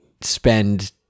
spend